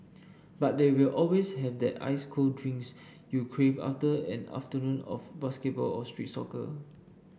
but they will always have that ice cold drinks you crave after an afternoon of basketball or street soccer